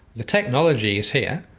the technology is here,